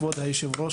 כבוד היושב-ראש,